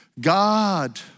God